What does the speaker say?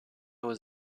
was